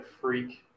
freak